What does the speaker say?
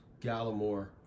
Gallimore